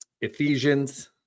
Ephesians